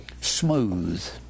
smooth